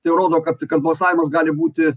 tai rodo kad kad balsavimas gali būti